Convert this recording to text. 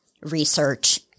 research